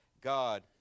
God